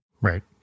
Right